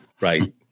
right